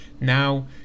now